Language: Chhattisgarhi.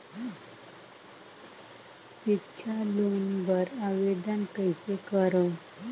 सिक्छा लोन बर आवेदन कइसे करव?